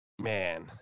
Man